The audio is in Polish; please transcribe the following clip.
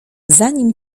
zanim